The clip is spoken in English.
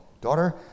daughter